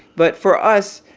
but for us,